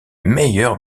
meilleur